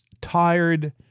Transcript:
tired